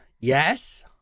Yes